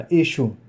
issue